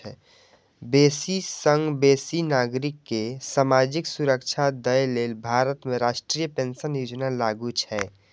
बेसी सं बेसी नागरिक कें सामाजिक सुरक्षा दए लेल भारत में राष्ट्रीय पेंशन योजना लागू छै